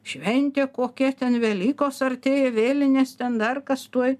šventė kokia ten velykos artėja vėlinės ten dar kas tuoj